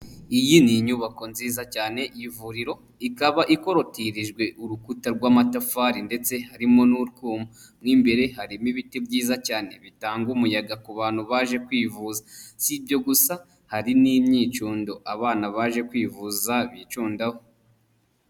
Iyi ni inyubako nziza cyane y'ivuriro ikaba ikorotiririjwe urukuta rw'amatafari ndetse harimo n'utwu mo n'imbere harimo ibiti byiza cyane bitanga umuyaga ku bantu baje kwivu si ibyo gusa hari n'imyicundo abana baje kwivuza bicundaho.